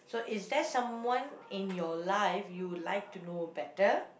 so is there someone in your life you would like to know better